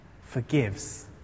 forgives